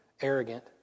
arrogant